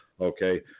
okay